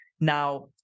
Now